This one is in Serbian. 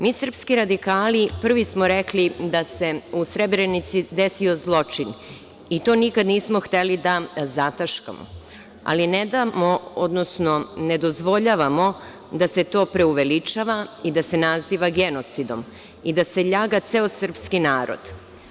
Mi srpski radikali prvi smo rekli da se u Srebrenici desio zločin i to nikada nismo hteli da zataškamo, ali ne dozvoljavamo da se to preuveličava i da se naziva genocidom, da se ljaga ceo srpski narod.